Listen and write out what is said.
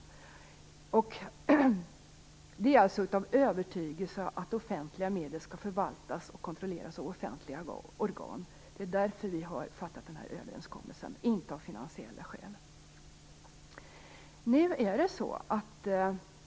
Vår övertygelse är att offentliga medel skall förvaltas och kontrolleras av offentliga organ. Detta är därför vi har träffat denna överenskommelse. Det är alltså inte av finansiella skäl.